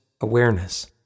awareness